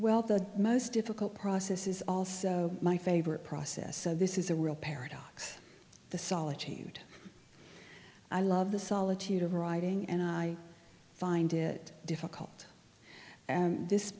well the most difficult process is also my favorite process so this is a real paradox the solitude i love the solitude of writing and i find it difficult and this